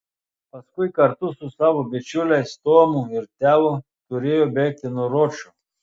paskui kartu su savo bičiuliais tomu ir teo turėjo bėgti nuo ročo